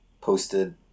posted